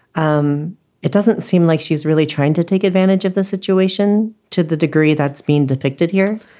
um it doesn't seem like she's really trying to take advantage of the situation to the degree that's been depicted here